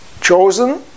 chosen